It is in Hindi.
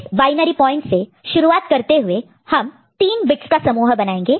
इस बायनरी पॉइंट से शुरुआत करते हुए हम 3 बिट्स का समूह ग्रुप group बनाएंगे